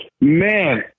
Man